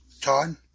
Todd